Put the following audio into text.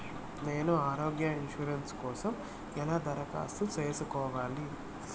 నేను ఆరోగ్య ఇన్సూరెన్సు కోసం ఎలా దరఖాస్తు సేసుకోవాలి